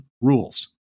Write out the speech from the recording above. rules